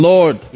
Lord